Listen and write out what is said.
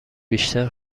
بیشتر